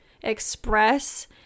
express